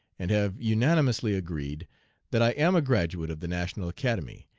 and have unanimously agreed that i am a graduate of the national academy,